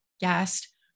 guest